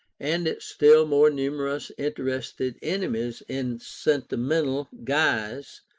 and its still more numerous interested enemies in sentimental guise,